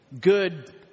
good